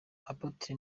apotre